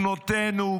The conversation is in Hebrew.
בנותינו,